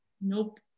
Nope